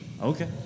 Okay